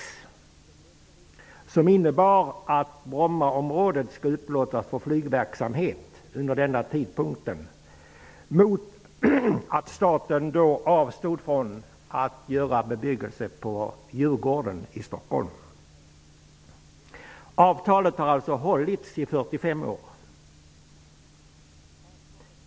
Detta avtal innebar att Brommaområdet skulle upplåtas för flygverksamhet under denna tidsperiod mot att staten avstod från att uppföra bebyggelse på Avtalet har alltså hållits i 45 år.